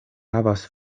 havas